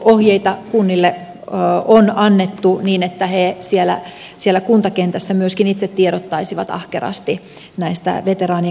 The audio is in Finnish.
ohjeita kunnille on annettu niin että he siellä kuntakentässä myöskin itse tiedottaisivat ahkerasti näistä veteraanien kuntoutusrahoista